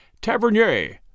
Tavernier